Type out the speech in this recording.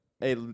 Hey